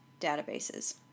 databases